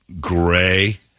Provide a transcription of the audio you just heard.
gray